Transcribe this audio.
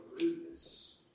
rudeness